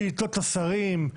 שאילתות לשרים,